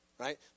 right